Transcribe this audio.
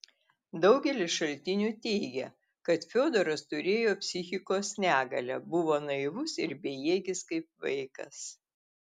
daugelis šaltinių teigia kad fiodoras turėjo psichikos negalę buvo naivus ir bejėgis kaip vaikas